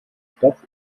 stoff